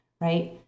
right